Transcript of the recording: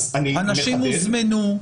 אנשים הוזמנו,